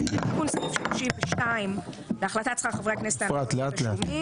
תיקון סעיף 32 1. בהחלטת שכר חברי הכנסת (הענקות ותשלומים),